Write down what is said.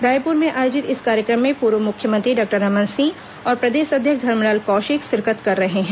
रायपुर में आयोजित इस कार्यक्रम में पूर्व मुख्यमंत्री डॉक्टर रमन सिंह और प्रदेश अध्यक्ष धरमलाल कौशिक शिरकत कर रहे हैं